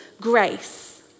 grace